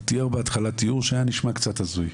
הוא תיאר בהתחלה תיאור שהיה נשמע קצת הזוי.